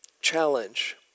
challenge